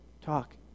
Talk